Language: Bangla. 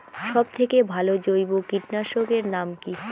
সব থেকে ভালো জৈব কীটনাশক এর নাম কি?